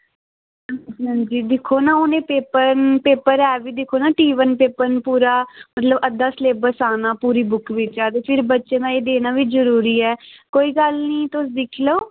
अंजी दिक्खो न हून पेपर ऐ बी दिक्खो न टी वन पेपर न पूरा मतलब अद्धा स्लेबस औना पूरी बुक बिचूं ते फिर बच्चें दा देना बी जरूरी ऐ कोई गल्ल निं तुस दिक्खी लैओ